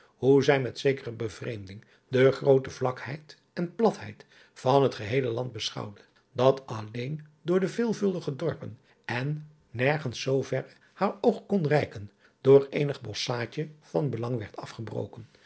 hoe zij met zekere bevreemding de groote vlakheid en platheid van het geheele land beschouwde dat alleen door de veelvuldige dorpen en nergens zooverre haar oog kon reiken door eenig bosschaadje van belang werd afgebroken